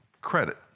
credit